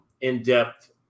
in-depth